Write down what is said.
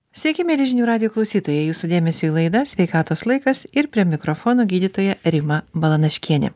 sveiki mieli žinių radijo klausytojai jūsų dėmesiui laida sveikatos laikas ir prie mikrofono gydytoja rima balanaškienė